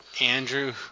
Andrew